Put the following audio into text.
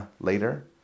later